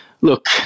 look